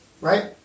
right